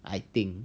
I think